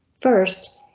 First